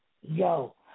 Yo